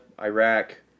Iraq